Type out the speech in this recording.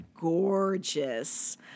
gorgeous